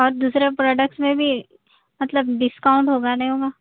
اور دوسرے پروڈکٹس میں بھی مطلب ڈسکانٹ ہو گا نہیں ہوگا